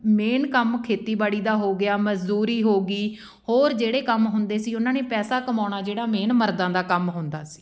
main ਕੰਮ ਖੇਤੀਬਾੜੀ ਦਾ ਹੋ ਗਿਆ ਮਜ਼ਦੂਰੀ ਹੋ ਗਈ ਹੋਰ ਜਿਹੜੇ ਕੰਮ ਹੁੰਦੇ ਸੀ ਉਹਨਾਂ ਨੇ ਪੈਸਾ ਕਮਾਉਣਾ ਜਿਹੜਾ ਮੇਨ ਮਰਦਾਂ ਦਾ ਕੰਮ ਹੁੰਦਾ ਸੀ